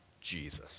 Jesus